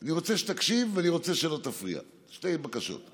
אני רוצה שתקשיב ואני רוצה שלא תפריע, שתי בקשות.